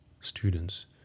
students